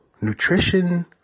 nutrition